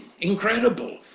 Incredible